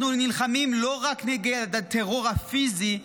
אנחנו נלחמים לא רק נגד הטרור הפיזי,